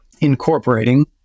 incorporating